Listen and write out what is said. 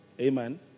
Amen